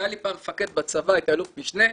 היה לי מפקד פעם מפקד בצבא, הייתי אלוף משנה,